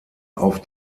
auf